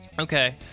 okay